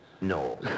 No